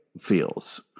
feels